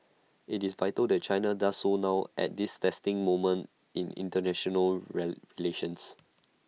IT is vital that China does so now at this testing moment in International relations